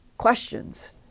questions